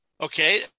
Okay